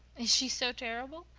is she so terrible?